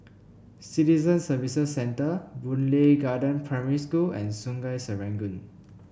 Citizen Services Centre Boon Lay Garden Primary School and Sungei Serangoon